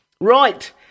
Right